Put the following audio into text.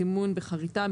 סימון בחריטה,